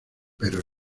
pero